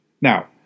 Now